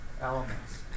elements